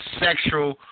sexual